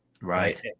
Right